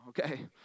okay